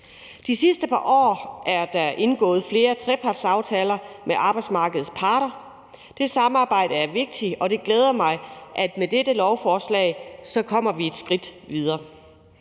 De sidste par år er der indgået flere trepartsaftaler med arbejdsmarkedets parter. Det samarbejde er vigtigt, og det glæder mig, at vi med dette lovforslag kommer et skridt videre.